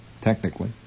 technically